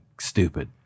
stupid